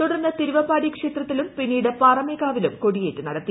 തുടർന്ന് തിരുവമ്പാടി ക്ഷേത്രത്തിലും പിന്നീട് പാറമേക്കാവിലും കൊടിയേറ്റ് നടത്തി